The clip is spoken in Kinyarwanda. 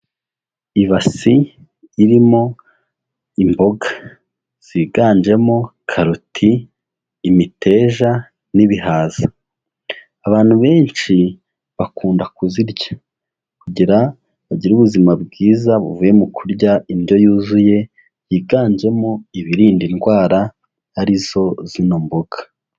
Ibasi irimo imboga ziganjemo karoti, imiteja n'ibihaza. Abantu benshi bakunda kuzirya kugira bagire ubuzima bwiza buvuye mu kurya indyo yuzuye yiganjemo ibirinda indwara arizo zino mboga.